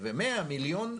ו-100 מיליון.